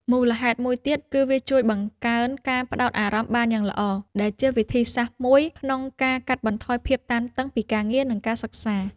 មូលហេតុមួយទៀត គឺវាជួយបង្កើនការផ្ដោតអារម្មណ៍បានយ៉ាងល្អ ដែលជាវិធីសាស្ត្រមួយក្នុងការកាត់បន្ថយភាពតានតឹងពីការងារ និងការសិក្សា។